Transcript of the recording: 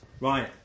Right